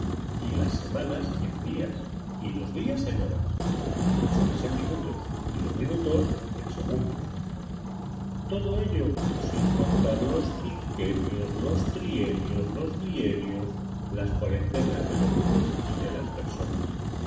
y lassemanas en días y losdías en horas y lashoras en minutos y losminutos en segundos todoello sin contar los quinquenios los trienios los bienios las cuarentenas de los buques y de las personas